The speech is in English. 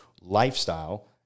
lifestyle